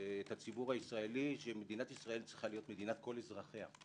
את הציבור הישראלי שמדינת ישראל צריכה להיות מדינת כל אזרחיה.